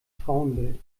frauenbild